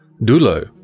Dulo